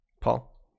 Paul